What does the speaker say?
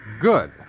Good